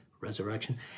resurrection